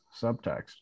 subtext